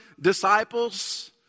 disciples